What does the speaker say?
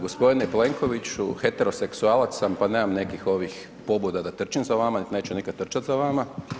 Gospodine Plenkoviću, heteroseksualac sam pa nemam nekih ovih pobuda da trčim za vama niti neću nikada trčati za vama.